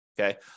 okay